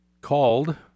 called